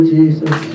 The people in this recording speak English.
Jesus